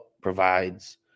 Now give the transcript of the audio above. provides